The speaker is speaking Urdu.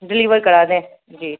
ڈلیور کرا دیں جی